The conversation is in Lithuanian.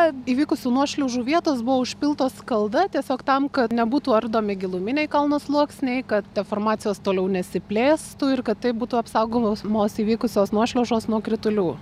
įvykusių nuošliaužų vietos buvo užpiltos skalda tiesiog tam kad nebūtų ardomi giluminiai kalno sluoksniai kad deformacijos toliau nesiplėstų ir kad taip būtų apsaugomos įvykusios nuošliaužos nuo kritulių